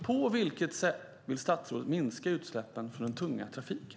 På vilket sätt vill statsrådet minska utsläppen från den tunga trafiken?